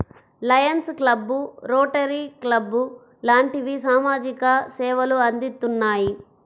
Lions club, Rotary club లాంటివి సామాజిక సేవలు అందిత్తున్నాయి